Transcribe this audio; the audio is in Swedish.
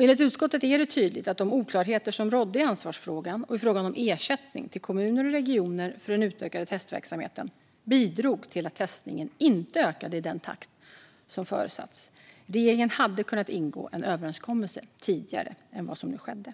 Enligt utskottet är det tydligt att de oklarheter som rådde i ansvarsfrågan och i frågan om ersättning till kommuner och regioner för den utökade testverksamheten bidrog till att testningen inte ökade i den takt som föresatts. Regeringen hade kunnat ingå en överenskommelse tidigare än vad som nu skedde.